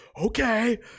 Okay